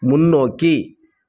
முன்னோக்கி